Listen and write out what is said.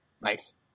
Nice